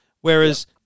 Whereas